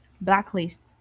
blacklist